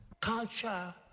Culture